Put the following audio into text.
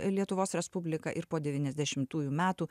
lietuvos respublika ir po devyniasdešimtųjų metų